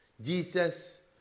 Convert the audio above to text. Jesus